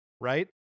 right